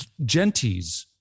Gentees